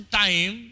time